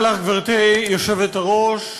גברתי היושבת-ראש,